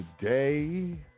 today